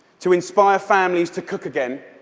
to inspire families to cook again,